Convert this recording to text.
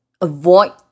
avoid